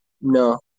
No